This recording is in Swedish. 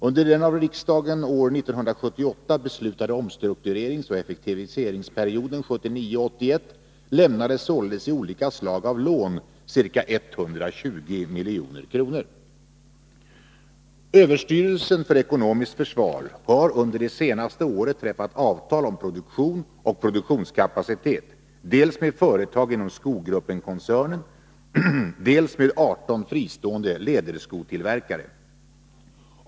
Under den av riksdagen år 1978 beslutade Överstyrelsen för ekonomiskt försvar har under det senaste året träffat 27 maj 1983 avtal om produktion och produktionskapacitet dels med företag inom Skogruppen-koncernen, dels med 18 fristående läderskotillverkare.